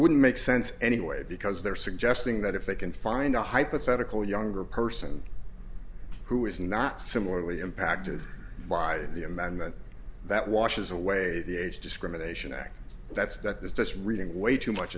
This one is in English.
wouldn't make sense anyway because they're suggesting that if they can find a hypothetical younger person who is not similarly impacted by the amendment that washes away the age discrimination act that's that is just reading way too much